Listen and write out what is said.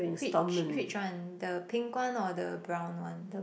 which which one the pink one or the brown one